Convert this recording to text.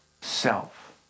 self